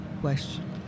question